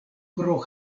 pro